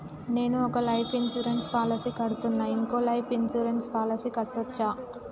నేను ఒక life insurance policy కడ్తున్నా, ఇంకో లైఫ్ ఇన్సూరెన్స్ పాలసీ కట్టొచ్చా?